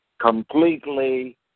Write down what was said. completely